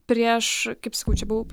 prieš kaip sakau čia buvau